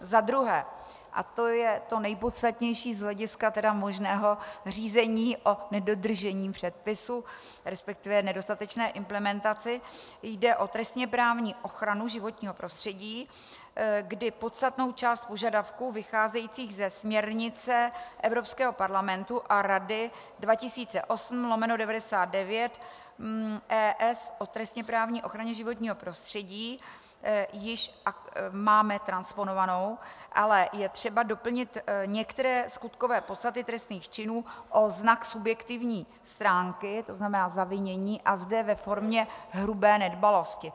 Za druhé a to je to nejpodstatnější z hlediska možného řízení o nedodržení předpisů, resp. nedostatečné implementaci jde o trestněprávní ochranu životního prostředí, kdy podstatnou část požadavků vycházejících ze směrnice Evropského parlamentu a Rady 2008/99/ES o trestněprávní ochraně životního prostředí již máme transponovanou, ale je třeba doplnit některé skutkové podstaty trestných činů o znak subjektivní stránky, to znamená zavinění, a zde ve formě hrubé nedbalosti.